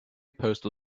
postal